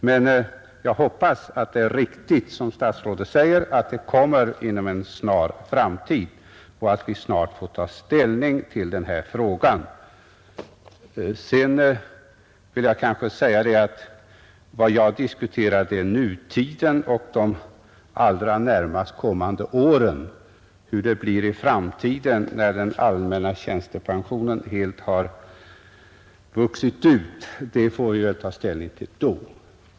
Men jag hoppas att det är riktigt som statsrådet säger att utredningen kommer att inom en snar framtid framlägga förslag som vi får ta ställning till i denna fråga. Vad jag diskuterar är nutiden och de närmaste åren. Hur det blir i framtiden när den allmänna tjänstepensionen helt vuxit ut får vi väl ta ställning till då.